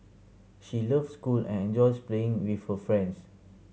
she loves school and enjoys playing with her friends